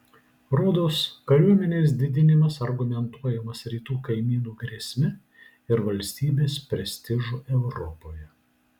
rodos kariuomenės didinimas argumentuojamas rytų kaimynų grėsme ir valstybės prestižu europoje